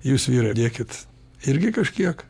jūs vyrai dėkit irgi kažkiek